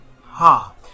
ha